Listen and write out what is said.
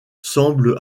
semble